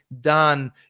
done